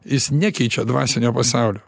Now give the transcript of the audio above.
jis nekeičia dvasinio pasaulio